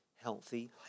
healthy